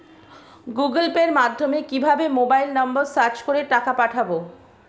Google পের মাধ্যমে কিভাবে মোবাইল নাম্বার সার্চ করে টাকা পাঠাবো?